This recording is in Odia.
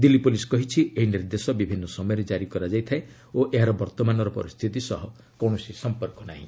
ଦିଲ୍ଲୀ ପୁଲିସ୍ କହିଛି ଏହି ନିର୍ଦ୍ଦେଶ ବିଭିନ୍ନ ସମୟରେ କାରି କରାଯାଇଥାଏ ଓ ଏହାର ବର୍ତ୍ତମାନର ପରିସ୍ଥିତି ସହ କୌଣସି ସମ୍ପର୍କ ନାହିଁ